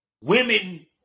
Women